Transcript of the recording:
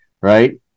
right